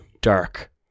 Dark